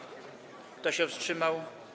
Kto się wstrzymał?